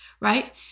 right